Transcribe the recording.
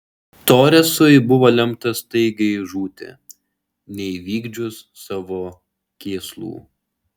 toresui buvo lemta staigiai žūti neįvykdžius savo kėslų